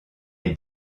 est